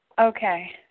Okay